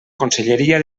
conselleria